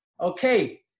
Okay